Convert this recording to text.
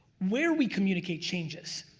where we communicate changes,